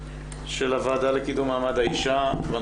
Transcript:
שלום לכולם, אני מתכבד לפתוח את הדיון.